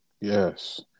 Yes